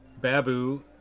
babu